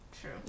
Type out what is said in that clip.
true